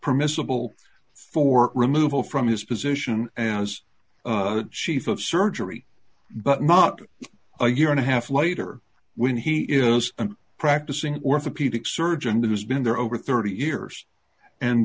permissible for removal from his position as a sheaf of surgery but not a year and a half later when he is a practicing orthopedic surgeon who has been there over thirty years and